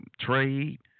trade